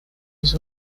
was